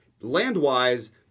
Land-wise